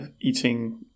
eating